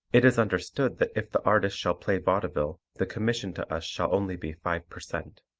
it is understood that if the artist shall play vaudeville the commission to us shall only be five per cent.